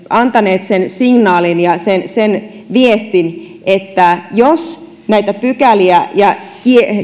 antaneet sen signaalin ja sen sen viestin että jos näitä pykäliä ja